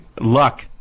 luck